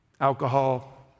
Alcohol